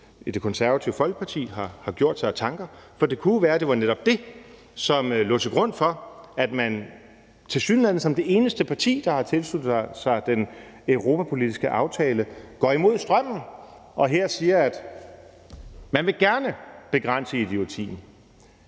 Det Konservative Folkeparti har gjort sig af tanker, for det kunne jo være, at det var netop det, som lå til grund for, at man tilsyneladende som det eneste parti, der har tilsluttet sig den europapolitiske aftale, går imod strømmen og her siger, at man gerne vil begrænse idiotien.